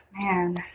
Man